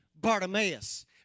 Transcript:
Bartimaeus